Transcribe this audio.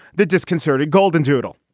the disconcert, a golden doodle.